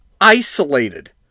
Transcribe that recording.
isolated